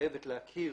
מתחייבת להכיר